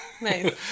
Nice